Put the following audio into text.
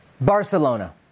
Barcelona